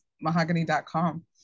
mahogany.com